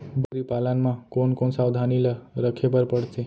बकरी पालन म कोन कोन सावधानी ल रखे बर पढ़थे?